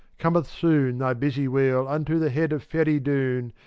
cometh soon thy busy wheel unto the head of feridoun,